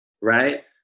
right